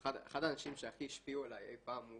אחד האנשים שהכי השפיעו עליי אי פעם.